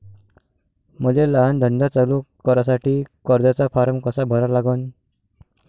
मले लहान धंदा चालू करासाठी कर्जाचा फारम कसा भरा लागन?